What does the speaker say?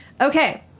Okay